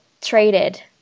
traded –